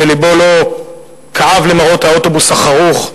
שלבו לא כאב למראות האוטובוס החרוך,